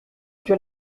que